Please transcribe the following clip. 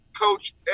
coach